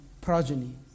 progeny